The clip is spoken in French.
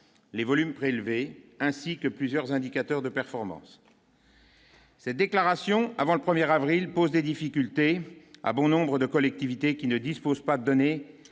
les volumes prélevés ainsi que plusieurs indicateurs de performance, ces déclarations avant le 1er avril pose des difficultés à bon nombres de collectivités qui ne disposent pas donné